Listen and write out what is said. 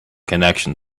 connections